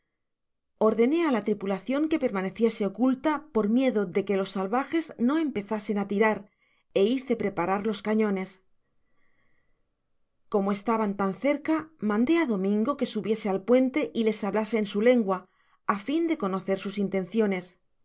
ordené á la tripulacion que permaneciese oculta por miedo de que los salvajes no empezasen á tirar é hice preparar los cañones como estaban tan cerca mandé á domingo que subiese al puente y les hablase en su lengua á fin de conocer sus intenciones